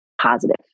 positive